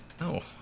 no